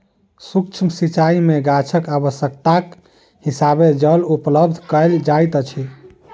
सुक्ष्म सिचाई में गाछक आवश्यकताक हिसाबें जल उपलब्ध कयल जाइत अछि